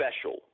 special